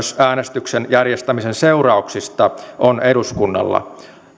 äänestyksen järjestämisen seurauksista on eduskunnalla